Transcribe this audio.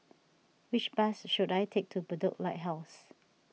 which bus should I take to Bedok Lighthouse